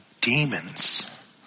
demons